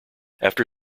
after